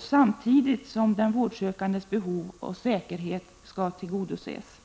samtidigt som den vårdsökandes behov och säkerhet skall tillgodses.